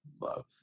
love